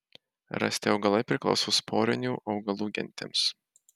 rasti augalai priklauso sporinių augalų gentims